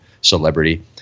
celebrity